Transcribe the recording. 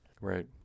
Right